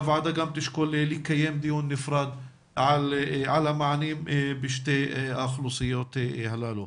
הוועדה גם תשקול לקיים דיון נפרד על המענים בשתי האוכלוסיות הללו.